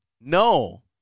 No